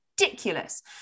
ridiculous